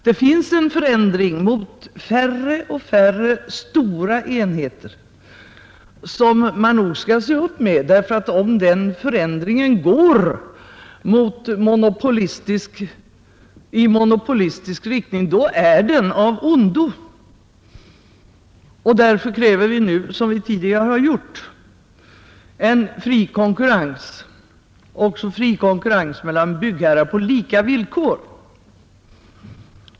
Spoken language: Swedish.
Det pågår en utveckling mot färre och färre stora enheter som man nog skall se upp med, ty om den utvecklingen går i monopolistisk riktning är den av ondo. Därför kräver vi nu som vi tidigare har gjort en fri konkurrens, och en fri konkurrens mellan byggherrar på lika villkor.